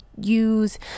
use